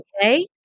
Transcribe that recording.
okay